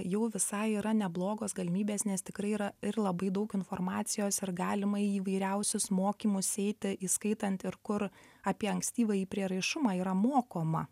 jau visai yra neblogos galimybės nes tikrai yra ir labai daug informacijos ir galima į įvairiausius mokymus eiti įskaitant ir kur apie ankstyvąjį prieraišumą yra mokoma